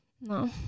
No